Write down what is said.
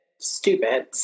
stupid